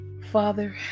Father